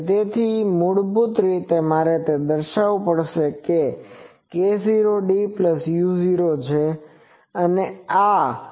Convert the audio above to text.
તેથી મૂળભૂત રીતે મારે તે દર્શાવવું પડશે કે આ k0du0 છે અને આ k0du0 છે